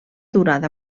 durada